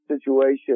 situation